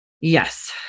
Yes